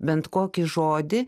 bent kokį žodį